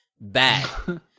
bad